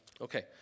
Okay